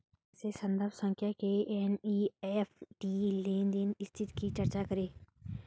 कैसे संदर्भ संख्या के साथ एन.ई.एफ.टी लेनदेन स्थिति की जांच करें?